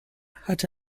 hatte